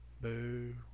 Boo